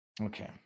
Okay